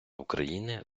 україни